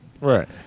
Right